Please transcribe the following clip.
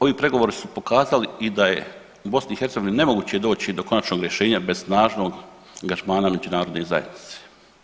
Ovi pregovori su pokazali i da je u BiH nemoguće doći do konačnog rješenja bez snažnog angažmana međunarodne zajednice.